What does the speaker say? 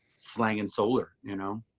selling and solar, you know.